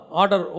order